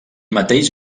mateix